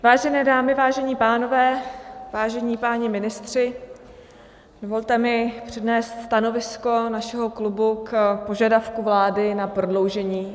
Vážené dámy, vážení pánové, vážení páni ministři, dovolte mi přednést stanovisko našeho klubu k požadavku vlády na prodloužení nouzového stavu.